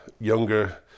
younger